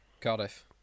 Cardiff